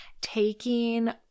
taking